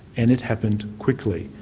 and it happened quickly.